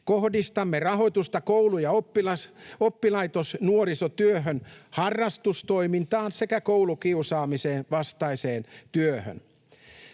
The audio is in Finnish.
Kohdistamme rahoitusta koulu- ja oppilaitosnuorisotyöhön, harrastustoimintaan sekä koulukiusaamisen vastaiseen työhön.